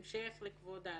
הוא שואל אותי: